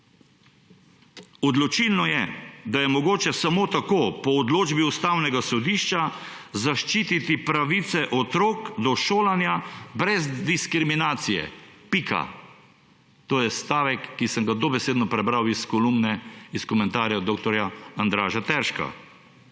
»Odločilno je, da je mogoče samo tako, po odločbi Ustavnega sodišča zaščititi pravice otrok do šolanja brez diskriminacije.« Pika. To je stavek, ki sem ga dobesedno prebral iz kolumne, iz komentarja dr. Andraža Terška.